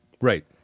right